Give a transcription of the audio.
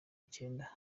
icyenda